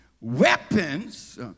weapons